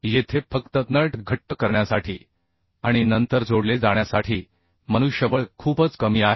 येथे फक्त नट घट्ट करण्यासाठी आणि नंतर जोडले जाण्यासाठी मनुष्यबळ खूपच कमी आहे